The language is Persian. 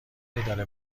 اداره